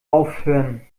aufhören